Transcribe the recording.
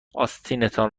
آستینتان